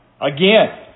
Again